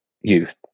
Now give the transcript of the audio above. youth